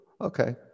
okay